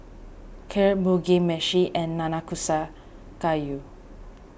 Kheer Mugi Meshi and Nanakusa Gayu